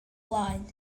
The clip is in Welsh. blaen